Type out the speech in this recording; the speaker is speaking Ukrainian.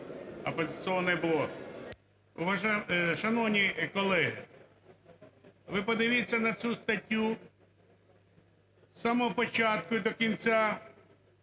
"Оппозиционный блок". Шановні колеги, ви подивіться на цю статтю, з самого початку і до кінця